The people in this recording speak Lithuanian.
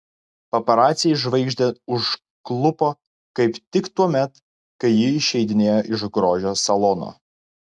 paparaciai žvaigždę užklupo kaip tik tuomet kai ji išeidinėjo iš grožio salono